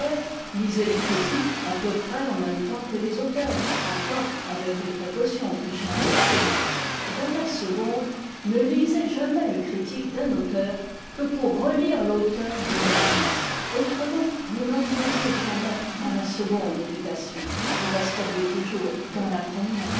lisez les critiques à peu près en même temps que les auteurs encore avec les précautions que j'ai indiquées dans la seconde ne lisez jamais le critique d'un auteur que pour relire l'auteur lui-même autrement vous n'entreriez jamais dans la seconde éducation vous resteriez toujours dans la première